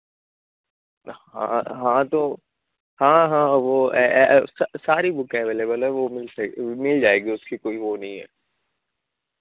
ہاں ہاں تو ہاں ہاں وہ ساری بکیں اویلیبل ہے وہ مل مل جائے گی اس کی کوئی وہ نہیں ہے